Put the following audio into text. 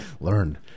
learn